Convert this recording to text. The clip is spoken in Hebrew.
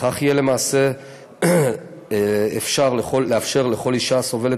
בכך יהיה למעשה לאפשר לכל אישה הסובלת